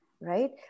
right